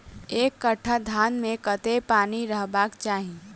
एक कट्ठा धान मे कत्ते पानि रहबाक चाहि?